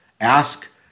Ask